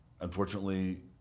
unfortunately